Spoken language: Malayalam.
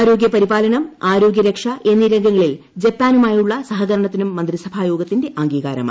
ആരോഗ്യപരിപാലനം ആരോഗൃരക്ഷ എന്നീ രംഗങ്ങളിൽ ജപ്പാനുമായുള്ള സഹകരണത്തിനും മന്ത്രിസഭായോഗത്തിന്റെ അംഗീകാരമായി